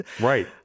Right